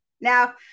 now